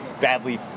badly